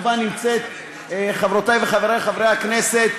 חברותי וחברי חברי הכנסת,